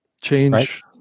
Change